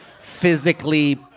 physically